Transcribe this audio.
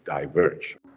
diverge